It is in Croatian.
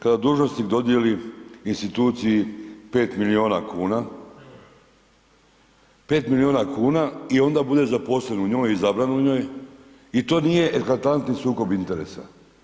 Kada dužnosnik dodjeli instituciji 5 milijuna kuna, 5 milijuna kuna i onda bude zaposlen u njoj i izabran u njoj i to nije eklatantni sukob interesa.